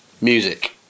Music